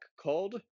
called